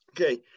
Okay